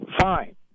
fine